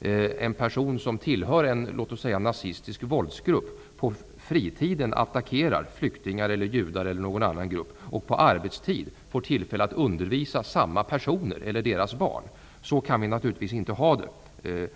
en person som tillhör t.ex. en nazistisk våldsgrupp på fritiden attackerar flyktingar, judar eller någon annan grupp och på arbetstid får tillfälle att undervisa samma personer eller deras barn. Så kan vi naturligtvis inte ha det.